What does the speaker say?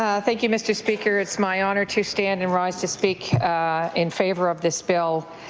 ah thank you, mr. speaker. it's my honour to stand and rise to speak in favor of this bill.